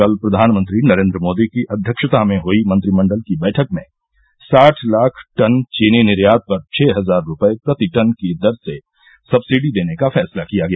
कल प्रधानमंत्री नरेंद्र मोदी की अव्यक्षता में हुई मंत्रिमंडल की बैठक में साठ लाख टन चीनी निर्यात पर छः हजार रुपये प्रति टन की दर से सब्सिडी देने का फैसला किया गया